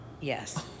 Yes